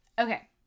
okay